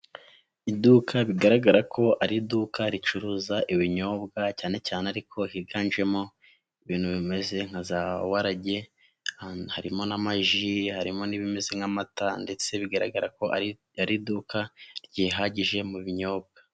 Iduka bigaragara ko ari iduka ricuruza ibinyobwa cyane cyane ariko higanjemo ibintu bimeze nka za warage, harimo n'amaji, harimo n'ibimeze nk'amata ndetse bigaragara ko ari iduka ryihagije mu binyobwa.